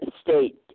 state